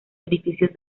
edificios